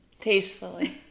Tastefully